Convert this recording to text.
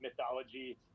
mythology